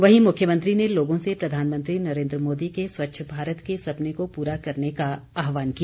वहीं मुख्यमंत्री ने लोगों से प्रधानमंत्री नरेन्द्र मोदी के स्वच्छ भारत के सपने को पूरा करने का आहवान किया